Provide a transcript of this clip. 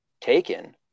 taken